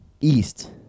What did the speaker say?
East